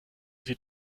sie